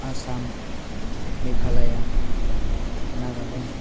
Assam Meghalaya Nagaland